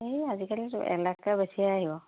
এই আজিকালিতো এক লাখকে বেছিয়ে আহিব